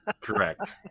Correct